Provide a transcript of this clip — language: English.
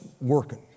working